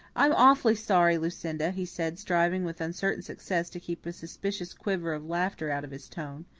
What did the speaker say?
i'm awfully sorry, lucinda, he said, striving with uncertain success to keep a suspicious quiver of laughter out of his tone.